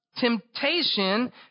temptation